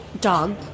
dog